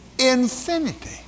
infinity